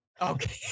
Okay